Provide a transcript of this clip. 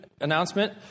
announcement